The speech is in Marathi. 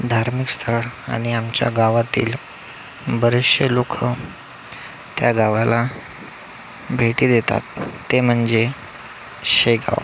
धार्मिकस्थळ आणि आमच्या गावातील बरेचशे लोकं त्या गावाला भेटी देतात ते म्हणजे शेगाव